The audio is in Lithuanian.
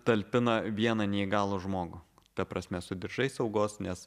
talpina vieną neįgalų žmogų ta prasme su diržais saugos nes